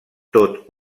tot